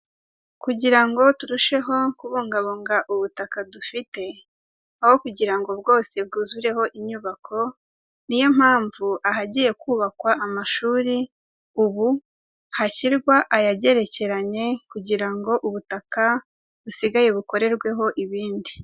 Kugira ngo turusheho kubungabunga ubutaka dufite aho kugira ngo bwose bwuzureho inyubako, ni yo mpamvu ahagiye kubakwa amashuri ubu hashyirwa ayagerekeranye kugira ngo ubutaka busigaye bukorerweho ibindi.